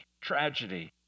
tragedy